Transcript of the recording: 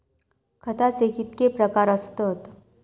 खताचे कितके प्रकार असतत?